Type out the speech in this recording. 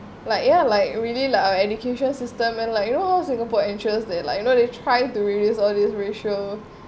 like ya like really like our education system and like you know how singapore interest they like you know they trying to reduce all this ratio